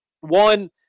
one